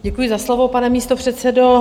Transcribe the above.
Děkuji za slovo, pane místopředsedo.